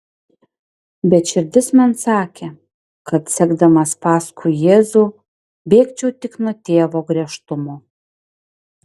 bet širdis man sakė kad sekdamas paskui jėzų bėgčiau tik nuo tėvo griežtumo